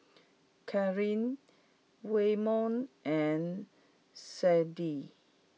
Kathlyn Waymon and Sydnee